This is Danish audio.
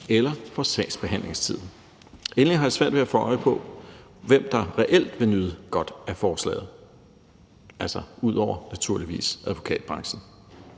eller sagsbehandlingstiden. Endelig har jeg svært ved at få øje på, hvem der reelt vil nyde godt af forslaget, altså ud over naturligvis advokatbranchen.